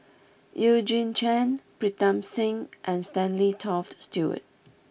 Eugene Chen Pritam Singh and Stanley Toft Stewart